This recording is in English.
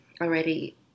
already